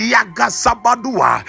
Yagasabadua